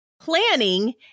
planning